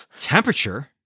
Temperature